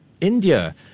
India